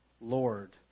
Lord